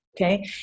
Okay